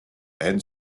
and